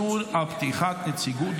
הפקדות משרת מילואים),